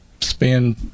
spend